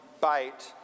bite